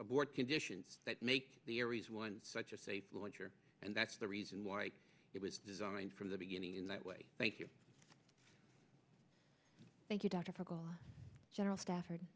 abort conditions that make the aries one such a safe launcher and that's the reason why it was designed from the beginning in that way thank you thank you dr michael general staff